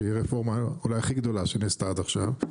שהיא רפורמה אולי הכי גדולה שנעשתה עד עכשיו,